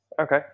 Okay